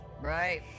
Right